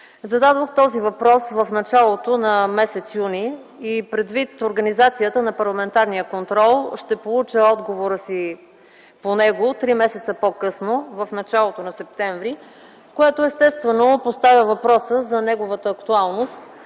Зададох този въпрос в началото на м. юни т.г., и, предвид организацията на парламентарния контрол, ще получа отговора си по него три месеца по-късно – в началото на м. септември, което естествено поставя въпроса за неговата актуалност,